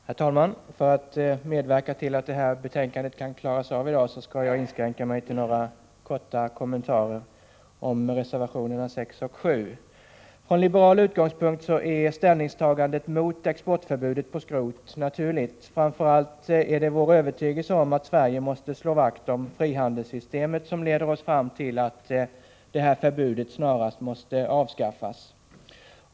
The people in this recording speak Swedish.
Herr talman! För att medverka till att det här betänkandet kan klaras av i dag skall jag begränsa mitt inlägg till några korta kommentarer om reservationerna 6 och 7. Från liberal utgångspunkt är ställningstagandet mot exportförbudet för skrot naturligt. Framför allt är det vår övertygelse om att Sverige måste slå vakt om frihandelssystemet som leder oss fram till att förbudet snarast måste avskaffas.